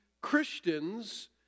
Christians